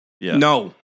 No